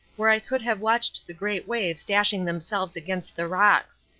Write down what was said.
where i could have watched the great waves dashing themselves against the rocks.